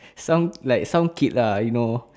some like some kid lah you know